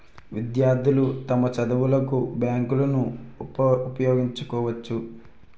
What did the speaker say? విద్యార్థులు తమ చదువులకు బ్యాంకులను ఉపయోగించుకోవచ్చు